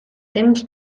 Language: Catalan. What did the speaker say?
temps